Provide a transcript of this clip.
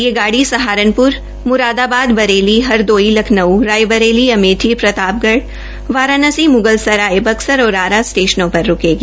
यह गाड़ी सहारनप्र मुरादाबाद बरेली हरदोई लखनऊ रायबरेली अमेठी प्रतापगढ़ वाराणसी मुगलसराय बक्सर और आरा स्टेशनों पर रूकेगी